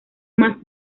más